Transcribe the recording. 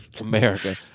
America